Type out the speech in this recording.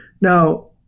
Now